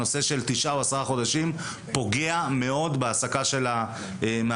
הנושא של תשעה או עשרה חודשים פוגע מאוד בהעסקה של המאמנים.